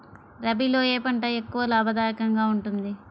రబీలో ఏ పంట ఎక్కువ లాభదాయకంగా ఉంటుంది?